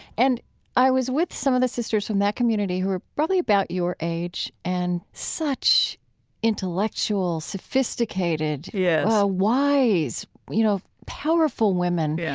and i was with some of the sisters from that community who were probably about your age and such intellectual, sophisticated, yeah ah wise, you know, powerful women. yeah